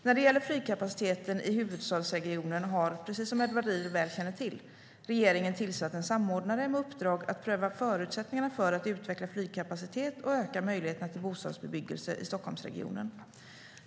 När det gäller flygkapaciteten i huvudstadsregionen har, som Edward Riedl väl känner till, regeringen tillsatt en samordnare med uppdrag att pröva förutsättningarna för att utveckla flygkapacitet och öka möjligheterna till bostadsbebyggelse i Stockholmsregionen.